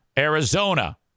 Arizona